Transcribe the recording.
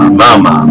mama